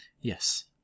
Yes